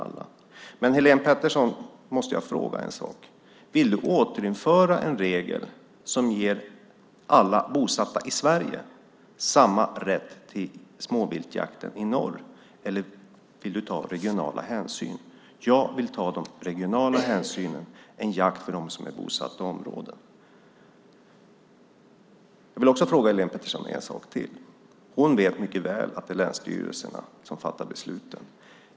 Jag måste fråga Helén Pettersson en sak: Vill du återinföra en regel som ger alla bosatta i Sverige samma rätt till småviltsjakten i norr, eller vill du ta regionala hänsyn? Jag vill ta regionala hänsyn - en jakt för dem som är bosatta i området. Jag vill fråga henne en sak till. Hon vet mycket väl att det är länsstyrelserna som fattar besluten.